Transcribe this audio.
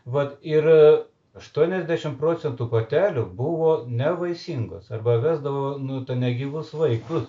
vat ir aštuoniasdešim procentų patelių buvo nevaisingos arba vesdavau nu ten negyvus vaikus